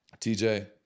TJ